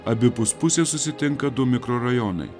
abipus pusės susitinka du mikrorajonai